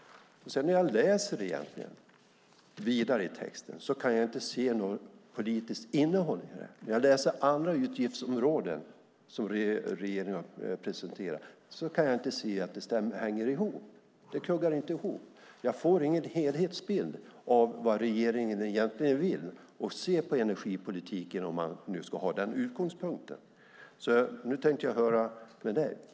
När jag läser vidare i texten kan jag dock inte se något politiskt innehåll. När jag läser om andra utgiftsområden som regeringen har presenterat kan jag inte se att det skulle hänga ihop. Det kuggar inte ihop. Jag får ingen helhetsbild av vad regeringen egentligen vill och hur regeringen ser på energipolitiken, om man nu ska ha den utgångspunkten. Nu tänkte jag höra med dig.